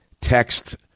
Text